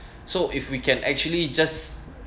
so if we can actually just